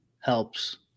helps